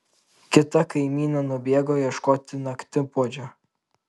kita kaimynė nubėgo ieškoti naktipuodžio